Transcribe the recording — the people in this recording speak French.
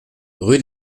rue